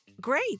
Great